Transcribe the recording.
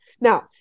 Now